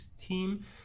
team